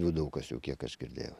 avių daug kas jau kiek aš girdėjau